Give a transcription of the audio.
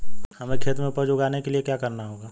हमें खेत में उपज उगाने के लिये क्या करना होगा?